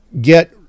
get